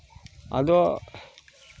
ᱟᱫᱚ